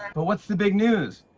but what's the big news?